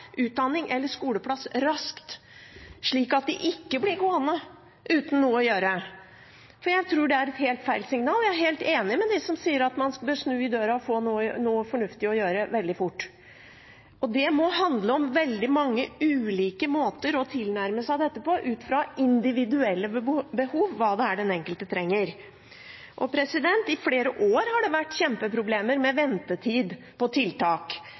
utdanning eller skoleplass raskt, slik at de ikke blir gående uten noe å gjøre. For jeg tror det er et helt feil signal å gi. Jeg er helt enig med dem som sier at man bør snu i døra og få noe fornuftig å gjøre veldig fort. Det må handle om veldig mange ulike måter å tilnærme seg dette på, ut fra individuelle behov og hva den enkelte trenger. I flere år har det vært kjempeproblemer med ventetid på tiltak,